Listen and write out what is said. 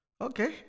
Okay